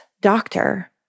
doctor